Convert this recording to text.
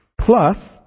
plus